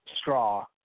straw